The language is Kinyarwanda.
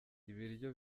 ibiryo